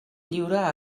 lliure